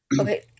Okay